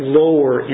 lower